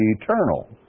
eternal